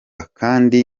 kandi